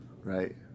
right